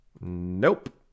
nope